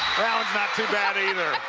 not too bad either.